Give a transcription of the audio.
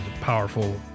powerful